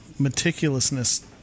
meticulousness